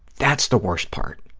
that's the worst part.